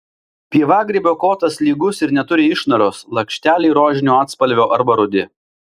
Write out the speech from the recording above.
pievagrybio kotas lygus ir neturi išnaros lakšteliai rožinio atspalvio arba rudi